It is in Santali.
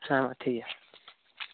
ᱦᱮᱸ ᱢᱟ ᱴᱷᱤᱠ ᱜᱮᱭᱟ